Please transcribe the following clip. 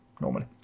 normally